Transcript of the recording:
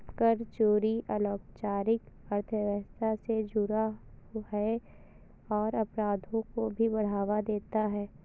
कर चोरी अनौपचारिक अर्थव्यवस्था से जुड़ा है और अपराधों को भी बढ़ावा देता है